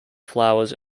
flowers